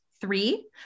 three